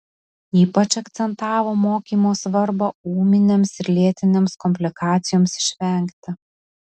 ypač akcentavo mokymo svarbą ūminėms ir lėtinėms komplikacijoms išvengti